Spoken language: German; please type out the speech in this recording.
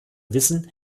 wissen